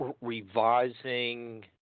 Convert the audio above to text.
revising